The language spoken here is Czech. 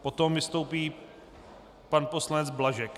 Potom vystoupí pan poslanec Blažek.